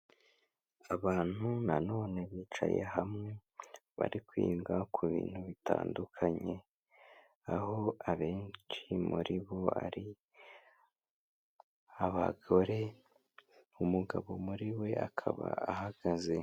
Abantu nanone bicaye hamwe bari kwiga ku bintu bitandukanye, aho abenshi muri bo ari abagore, umugabo muri bo akaba ahagaze.